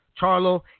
Charlo